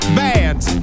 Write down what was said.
bands